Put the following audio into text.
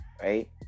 Right